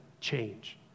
change